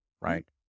right